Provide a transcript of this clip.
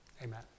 Amen